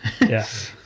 Yes